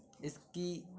اِس کی